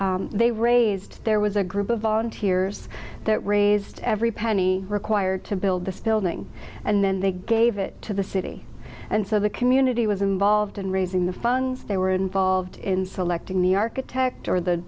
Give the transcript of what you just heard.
essentially they raised there was a group of volunteers that raised every penny required to build this building and then they gave it to the city and so the community was involved in raising the funds they were involved in selecting the architect or the